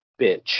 Bitch